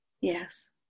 Yes